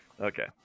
Okay